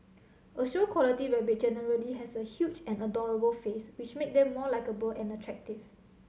a show quality rabbit generally has a huge and adorable face which make them more likeable and attractive